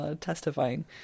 testifying